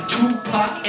Tupac